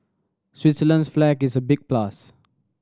Switzerland's flag is a big plus